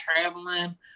traveling